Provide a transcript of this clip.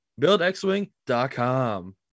BuildXWing.com